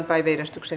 asia